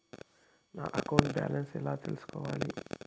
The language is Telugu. నా అకౌంట్ బ్యాలెన్స్ ఎలా తెల్సుకోవాలి